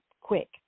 quick